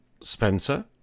Spencer